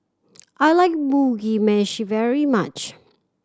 I like Mugi Meshi very much